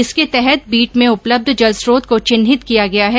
इसके तहत बीट में उपलब्ध जलस्त्रोत को चिन्हित किया गया है